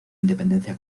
independencia